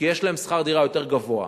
כי יש להם שכר דירה יותר גבוה.